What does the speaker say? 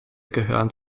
gehören